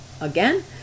again